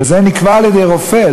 וזה נקבע על-ידי רופא,